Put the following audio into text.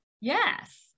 Yes